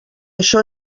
això